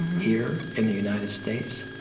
here in the united states,